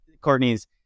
Courtney's